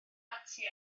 ati